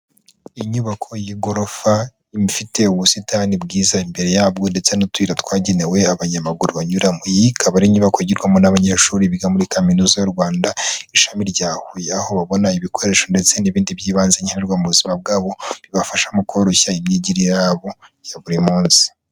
Inyubako y'igorofa ifite ubusitani bwiza imbere yabwo ndetse n'utuyira twagenewe abanyamaguru banyuramo. Iyi ikaba ari inyubako yigirwamo n'abanyeshuri biga muri kaminuza y'u Rwanda ishami rya Huye. Aho babona ibikoresho ndetse n'ibindi by'ibanze nkenerwa mu buzima bwabo bibafasha mu koroshya imyigire yabo ya buri munsi.